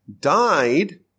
died